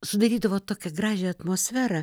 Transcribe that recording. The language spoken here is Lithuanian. sudarydavot tokią gražią atmosferą